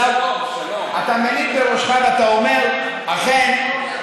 אתה מניד בראשך ואומר: אכן,